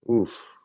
Oof